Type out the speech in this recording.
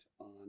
on